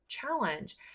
challenge